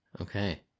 Okay